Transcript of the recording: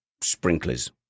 sprinklers